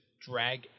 drag